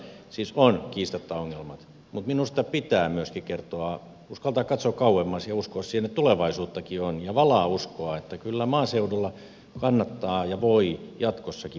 siis on kiistatta ongelmat mutta minusta pitää myöskin kertoa uskaltaa katsoa kauemmas ja uskoa siihen että tulevaisuuttakin on ja valaa uskoa että kyllä maaseudulla kannattaa ja voi jatkossakin menestyä